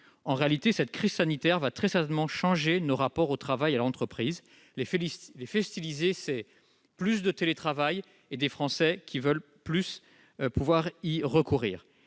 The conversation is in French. En réalité, cette crise sanitaire va très certainement changer nos rapports au travail et à l'entreprise : en bref, plus de télétravail et des Français plus désireux d'y recourir.